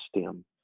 stem